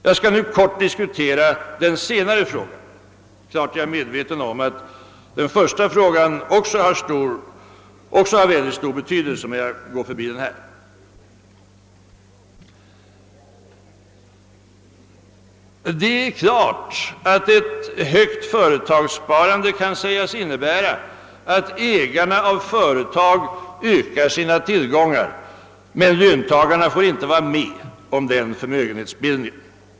Jag skall nu kort ta upp till diskussion den senare frågan — naturligtvis är jag medveten om att också den första frågan har mycket stor betydelse, ehuru jag förbigår den här. Ett högt företagssparande kan givetvis sägas innebära att ägarna av företag ökar sina tillgångar; men löntagarna får inte del av denna förmögenhetsbildning.